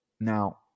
now